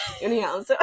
Anyhow